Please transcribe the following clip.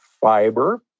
fiber